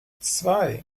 zwei